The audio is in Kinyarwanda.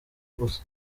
gusa